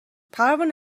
پروانه